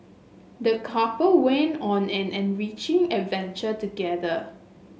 the couple went on an enriching adventure together